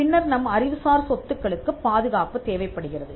பின்னர் நம் அறிவுசார் சொத்துக்களுக்குப் பாதுகாப்பு தேவைப்படுகிறது